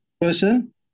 person